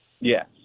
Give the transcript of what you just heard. Yes